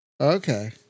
okay